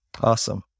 Awesome